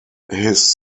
his